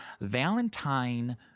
Valentine